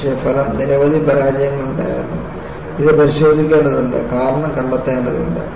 പക്ഷേ ഫലം നിരവധി പരാജയങ്ങൾ ഉണ്ടായിരുന്നു അത് പരിശോധിക്കേണ്ടതുണ്ട് കാരണം കണ്ടെത്തേണ്ടതുണ്ട്